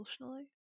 emotionally